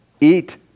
Eat